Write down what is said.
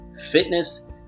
fitness